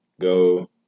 go